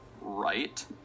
right